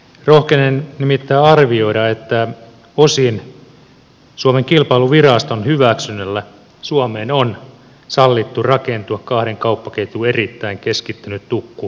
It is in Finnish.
rohkenen nimittäin arvioida että osin suomen kilpailuviraston hyväksynnällä suomeen on sallittu rakentua kahden kauppaketjun erittäin keskittynyt tukku ja vähittäiskauppa